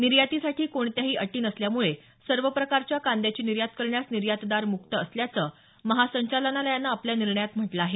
निर्यातीसाठी कोणत्याही अटी नसल्यामुळे सर्व प्रकारच्या कांद्याची निर्यात करण्यास निर्यातदार मुक्त असल्याचं महासंचालनालयानं आपल्या निर्णयात म्हटलं आहे